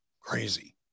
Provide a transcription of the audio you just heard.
crazy